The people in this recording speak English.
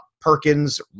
Perkins